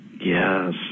Yes